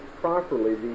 properly